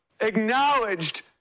acknowledged